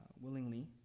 willingly